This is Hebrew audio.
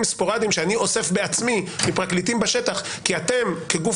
ספורדיים שאני אוסף בעצמי מפרקליטים בשטח כי אתם כגוף